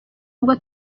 ubwo